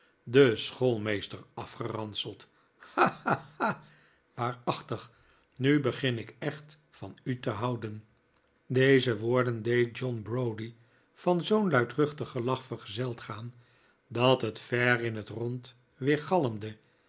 den schoolmeester afgeranseld ha ha ha waarachtig nu begin ik echt van u te houden deze woorden deed john browdie van zoo'n luidruchtig gelach vergezeld gaan dat het ver in het rond